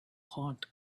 hot